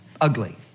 ugly